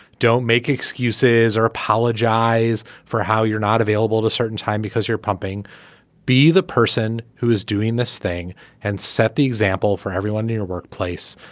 don't make excuses or apologize for how you're not available at a certain time because you're pumping be the person who is doing this thing and set the example for everyone to your workplace.